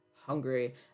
Hungry